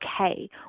okay